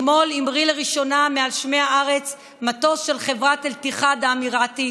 אתמול המריא לראשונה מעל שמי הארץ מטוס של חברת איתיחאד האמירתית,